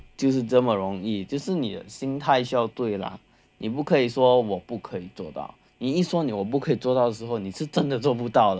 就是就是这么容易就是你的心态需要对啦你不可以说我不可以做到你一说我不可以做到时候你是真的做不到了